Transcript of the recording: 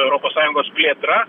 europos sąjungos plėtra